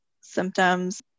symptoms